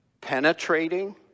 penetrating